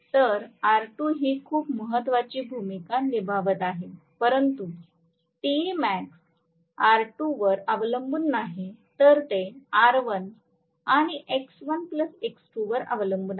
तर R2 ही खूप महत्वाची भूमिका निभावत आहे परंतु Temax R2 वर अवलंबून नाही तर ते R1 आणि X1 X2 वर अवलंबून आहे